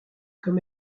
comme